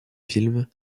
films